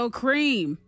cream